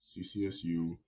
CCSU